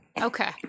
Okay